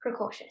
precautious